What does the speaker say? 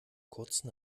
kurzen